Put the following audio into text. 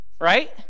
Right